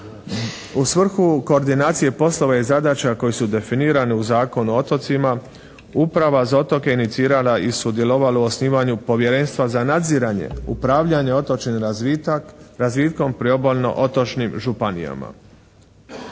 U svrhu koordinacije poslova i zadaća koje su definirane u Zakonu o otocima uprava za otoke inicirala i sudjelovala u osnivanju Povjerenstva za nadziranje, upravljanje otočni razvitak, razvitkom priobalno-otočnim županijama.